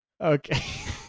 okay